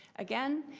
again,